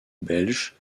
belge